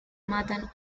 matan